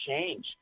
change